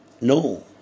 No